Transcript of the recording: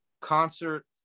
concert